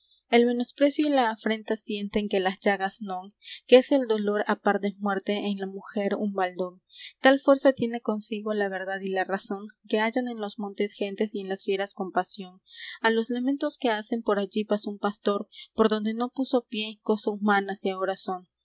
el menosprecio y la afrenta sienten que las llagas non que es dolor á par de muerte en la mujer un baldón tal fuerza tiene consigo la verdad y la razón que hallan en los montes gentes y en las fieras compasión á los lamentos que hacen por allí pasó un pastor por donde no puso pié cosa humana si